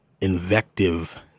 invective